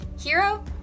Hero